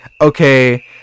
okay